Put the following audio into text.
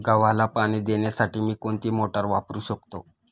गव्हाला पाणी देण्यासाठी मी कोणती मोटार वापरू शकतो?